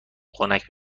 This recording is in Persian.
خنک